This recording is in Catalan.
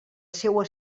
seua